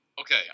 Okay